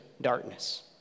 darkness